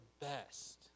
best